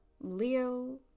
Leo